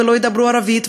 ולא ידברו ערבית,